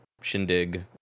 shindig